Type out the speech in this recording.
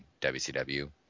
WCW